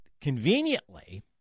conveniently